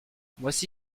voici